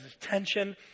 tension